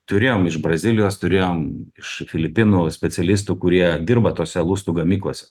turėjom iš brazilijos turėjom iš filipinų specialistų kurie dirba tose lustų gamyklose